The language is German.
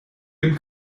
dem